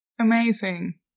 Amazing